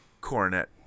cornet